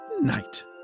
night